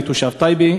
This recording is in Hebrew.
אני תושב טייבה,